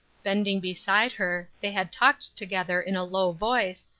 bending beside her they had talked together in a low voice,